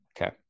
Okay